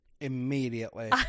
Immediately